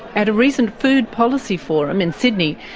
at a recent food policy forum in sydney,